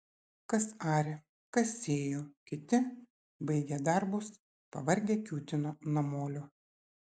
kas arė kas sėjo kiti baigę darbus pavargę kiūtino namolio